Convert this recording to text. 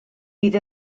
bydd